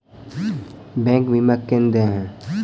Bank बीमा केना देय है?